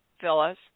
Phyllis